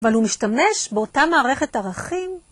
אבל הוא משתמש באותה מערכת ערכים